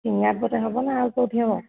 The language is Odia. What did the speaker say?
ସିଙ୍ଗାର ପୁରରେ ହେବ ନା ଆଉ କୋଉଠି ହେବ